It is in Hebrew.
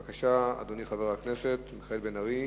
בבקשה, אדוני חבר הכנסת מיכאל בן-ארי.